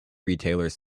retailers